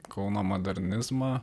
kauno modernizmą